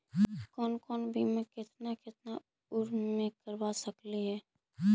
कौन कौन बिमा केतना केतना उम्र मे करबा सकली हे?